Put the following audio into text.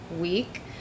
week